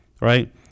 right